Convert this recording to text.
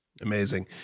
amazing